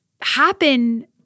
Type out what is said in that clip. happen